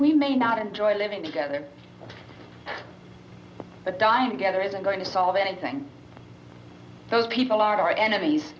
we may not enjoy living together but dying to get there isn't going to solve anything those people are enemies